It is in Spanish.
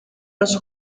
los